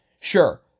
Sure